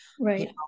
Right